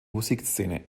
musikszene